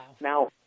Now